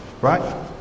right